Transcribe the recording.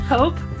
Hope